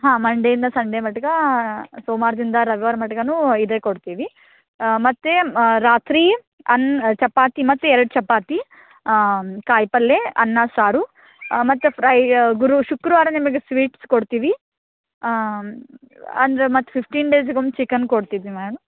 ಹಾಂ ಮಂಡೆಯಿಂದ ಸಂಡೇ ಮಟ್ಗೆ ಸೋಮವಾರ್ದಿಂದ ರವಿವಾರ ಮಟ್ಗೆನೂ ಇದೇ ಕೊಡ್ತೀವಿ ಮತ್ತು ರಾತ್ರಿ ಅನ್ ಚಪಾತಿ ಮತ್ತು ಎರಡು ಚಪಾತಿ ಕಾಯಿಪಲ್ಯೆ ಅನ್ನ ಸಾರು ಮತ್ತು ಫ್ರೈ ಗುರು ಶುಕ್ರವಾರ ನಿಮಗೆ ಸ್ವೀಟ್ಸ್ ಕೊಡ್ತೀವಿ ಅಂದರೆ ಮತ್ತು ಫಿಫ್ಟೀನ್ ಡೇಸಿಗೆ ಒಂದು ಚಿಕನ್ ಕೊಡ್ತೀವಿ ಮ್ಯಾಮ್